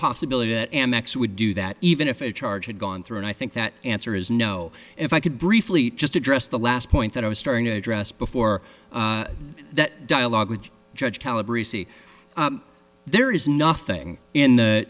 possibility that amex would do that even if it charge had gone through and i think that answer is no if i could briefly just address the last point that i was starting to address before that dialogue with judge calibur e c there is nothing in the